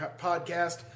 podcast